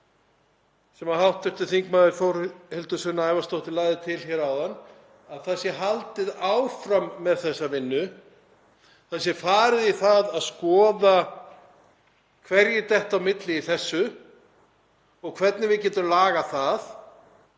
sem hv. þm. Þórhildur Sunna Ævarsdóttir lagði til áðan, að það sé haldið áfram með þessa vinnu, það sé farið í það að skoða hverjir detti á milli í þessu og hvernig við getum lagað það.